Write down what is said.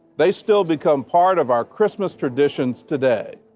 they still become part of our christmas traditions today.